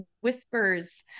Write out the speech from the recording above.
whispers